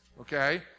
okay